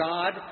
God